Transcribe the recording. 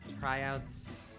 tryouts